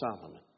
Solomon